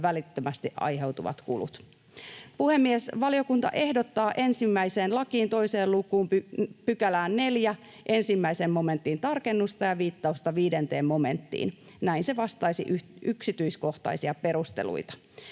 välittömästi aiheutuvat kulut. Puhemies! Valiokunta ehdottaa ensimmäisen lain 2 luvun 4 §:n 1 momenttiin tarkennusta ja viittausta 5 momenttiin — näin se vastaisi yksityiskohtaisia perusteluita